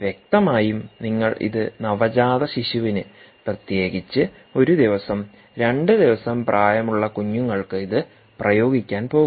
വ്യക്തമായും നിങ്ങൾ ഇത് നവജാതശിശുവിന്പ്രത്യേകിച്ച് ഒരു ദിവസം രണ്ട് ദിവസം പ്രായമുള്ള കുഞ്ഞുങ്ങൾക്ക് ഇത് പ്രയോഗിക്കാൻ പോകുന്നു